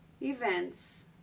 events